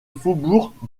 faubourg